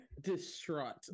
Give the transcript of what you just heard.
distraught